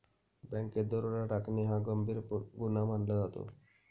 बँकेत दरोडा टाकणे हा गंभीर गुन्हा मानला जातो